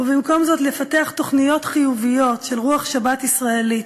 ובמקום זאת לפתח תוכניות חיוביות של רוח שבת ישראלית,